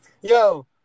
yo